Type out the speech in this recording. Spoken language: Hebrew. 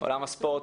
עולם הספורט,